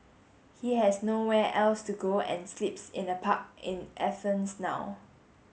he has nowhere else to go and sleeps in a park in Athens now